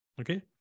Okay